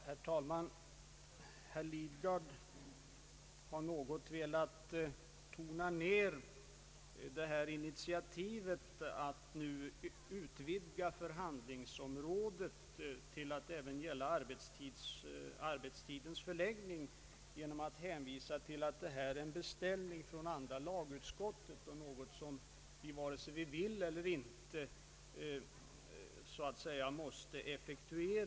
Herr talman! Herr Lidgard har velat något tona ner initiativet att nu utvidga förhandlingsområdet till att även gälla arbetstidens förläggning genom att hänvisa till att detta är en beställning från andra lagutskottet och något som vi måste effektuera vare sig vi vill eller inte.